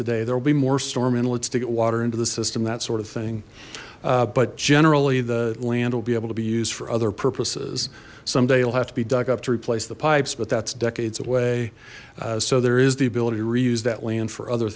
today there will be more storm inlets to get water into the system that sort of thing but generally the land will be able to be used for other purposes someday you'll have to be dug up to replace the pipes but that's decades away so there is the ability to reuse that land for other